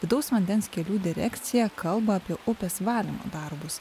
vidaus vandens kelių direkcija kalba apie upės valymo darbus